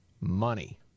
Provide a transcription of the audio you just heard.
money